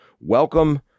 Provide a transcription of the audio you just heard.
welcome